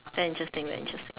very interesting very interesting